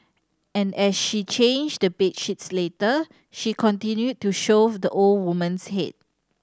and as she changed the bed sheets later she continued to shove the old woman's head